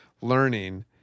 learning